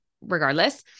regardless